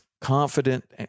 confident